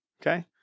Okay